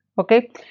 Okay